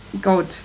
good